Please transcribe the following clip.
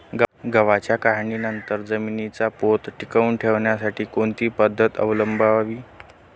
गव्हाच्या काढणीनंतर जमिनीचा पोत टिकवण्यासाठी कोणती पद्धत अवलंबवावी?